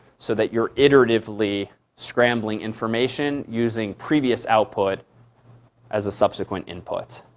so that your iteratively scrambling information using previous output as a subsequent input.